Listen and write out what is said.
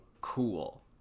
cool